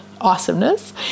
Awesomeness